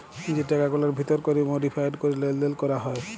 যে টাকাগুলার ভিতর ক্যরে মডিফায়েড ক্যরে লেলদেল ক্যরা হ্যয়